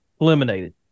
eliminated